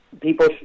People